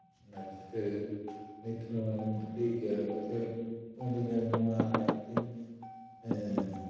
ᱚᱱᱟ ᱪᱤᱛᱟᱹᱨ ᱱᱤᱛᱦᱚᱸᱧ ᱞᱟᱹᱭ ᱜᱮᱭᱟ ᱵᱟᱯᱮ ᱩᱱ ᱨᱮᱜᱮ ᱱᱚᱣᱟ ᱞᱟᱭᱤᱱ ᱛᱤᱧ ᱯᱟᱲᱦᱟᱣ ᱞᱮᱱᱠᱷᱟᱱ